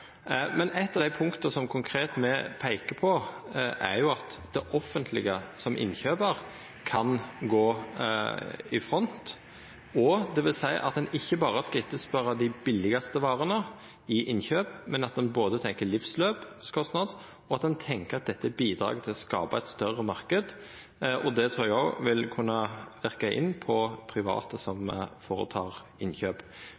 Men eit av dei punkta som me konkret peikar på, er at det offentlege som innkjøpar kan gå i front. Det vil seia at ein ikkje berre skal etterspørja dei billegaste varene ved innkjøp, men at ein også tenkjer på livsløpskostnad, og at dette er eit bidrag til å skapa ein større marknad. Det trur eg òg vil kunna verka inn på private